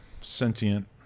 sentient